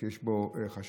שיש בו חשש